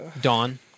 dawn